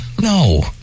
No